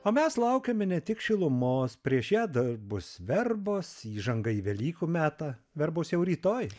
o mes laukiame ne tik šilumos prieš ją dar bus verbos įžanga į velykų metą verbos jau rytoj